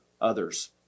others